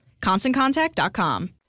ConstantContact.com